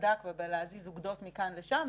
בסד"כ ובהזזת אוגדות מכאן לשם,